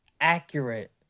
accurate